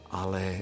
ale